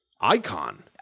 icon